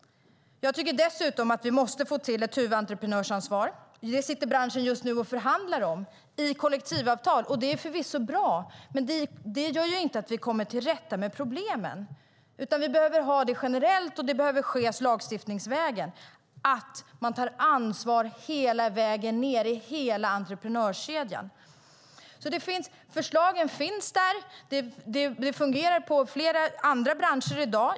Jag tycker dessutom att vi måste få till ett huvudentreprenörsansvar. Det sitter branschen just nu och förhandlar om i kollektivavtal. Det är förvisso bra, men det gör inte att vi kommer till rätta med problemen. Vi behöver ha detta generellt, och det behöver ske lagstiftningsvägen, så att man tar ansvar hela vägen ned i hela entreprenörskedjan. Förslagen finns där, och det fungerar i flera andra branscher i dag.